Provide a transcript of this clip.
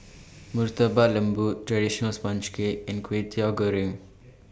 Murtabak Lembu Traditional Sponge Cake and Kwetiau Goreng